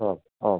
ഓ ഓ